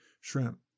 shrimp